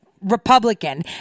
Republican